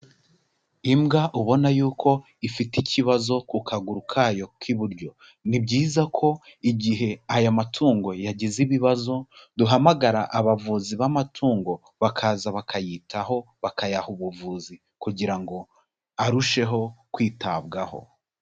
Imbwa ubona yuko ifite ikibazo ku kaguru kayo k'iburyo, ni byiza ko igihe aya matungo yagize ibibazo duhamagara abavuzi b'amatungo, bakaza bakayitaho bakayaha ubuvuzi, kugira ngo arusheho kwitabwaho.